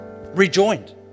rejoined